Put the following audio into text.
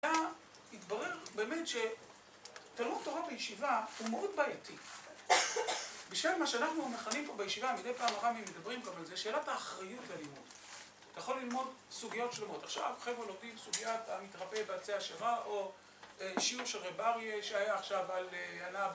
היה... התברר, באמת, שטירוף תורה בישיבה, הוא מאוד בעייתי. בשל מה שאנחנו מכנים פה בישיבה, מדי פעם הר"מים מדברים גם, על זה שאלת האחריות ללמוד. אתה יכול ללמוד סוגיות שלמות - עכשיו חבר'ה לומדים סוגיית המתרפא בעצי אשרה, או שיעור של רב אריה שהיה עכשיו על...